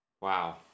Wow